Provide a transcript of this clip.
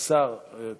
ההצעה להעביר את הנושא